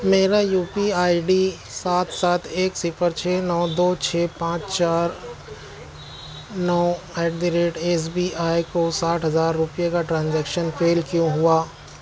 میرا U P I D سات سات ایک صفر چھ نو دو چھ پانچ چار نو at the rate S B I کو ساٹھ ہزار روپے کا ٹرانزیکشن فیل کیوں ہوا